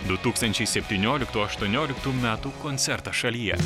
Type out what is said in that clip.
du tūkstančiai septynioliktų aštuonioliktų metų koncertas šalyje